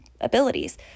abilities